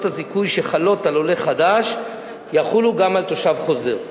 הזיכוי שחלות על עולה חדש יחולו גם על תושב חוזר.